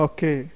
Okay